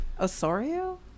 Osorio